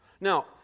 Now